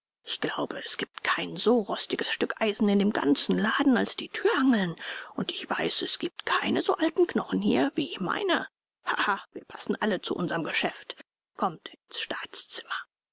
ich glaube es giebt kein so rostiges stück eisen in dem ganzen laden als die thürangeln und ich weiß es giebt keine so alten knochen hier wie meine haha wir passen alle zu unserm geschäft kommt ins staatszimmer